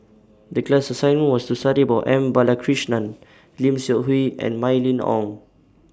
The class assignment was to study about M Balakrishnan Lim Seok Hui and Mylene Ong